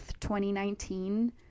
2019